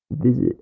visit